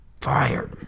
fired